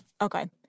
Okay